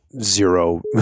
zero